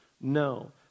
No